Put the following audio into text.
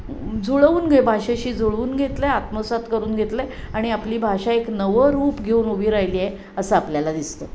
जुळवून घे भाषेशी जुळवून घेतलं आहे आत्मसात करून घेतलं आहे आणि आपली भाषा एक नवं रूप घेऊन उभी राहिली आहे असं आपल्याला दिसतं